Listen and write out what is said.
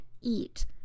eat